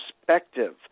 perspective